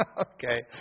Okay